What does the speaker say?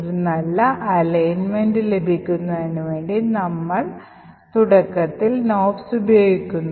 ഒരു നല്ല അലൈൻമെൻറ് ലഭിക്കുന്നതിനുവേണ്ടി നമ്മൾ തുടക്കത്തിൽ നോപ്സ് ഉപയോഗിക്കുന്നു